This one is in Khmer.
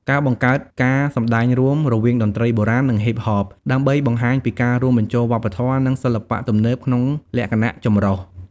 ការបង្កើតការសម្តែងរួម រវាងតន្ត្រីបុរាណ និងហ៊ីបហប ដើម្បីបង្ហាញពីការរួមបញ្ចូលវប្បធម៌ និងសិល្បៈទំនើបក្នុងលក្ខណៈចម្រុះ។